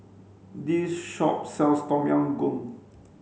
this shop sells Tom Yam Goong